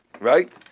Right